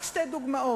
רק שתי דוגמאות,